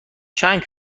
چند